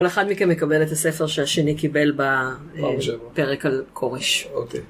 אבל אחד מכם יקבל את הספר שהשני קיבל בפרק על כורש.